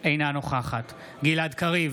אינה נוכחת גלעד קריב,